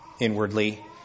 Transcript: inwardly